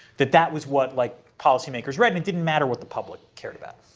that that was what like policymakers read and it didn't matter what the public cared about.